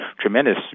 tremendous